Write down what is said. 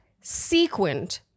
sequined